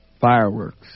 Fireworks